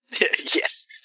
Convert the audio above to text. Yes